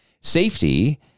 safety